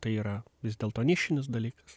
tai yra vis dėlto nišinis dalykas